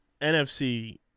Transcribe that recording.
NFC